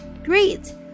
Great